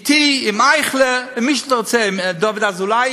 אתי, עם אייכלר, עם מי שאתה רוצה, עם דוד אזולאי.